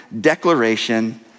declaration